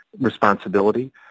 responsibility